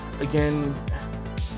again